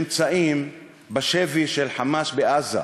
שנמצאים בשבי של "חמאס" בעזה,